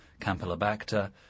Campylobacter